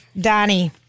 Donnie